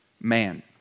man